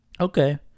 okay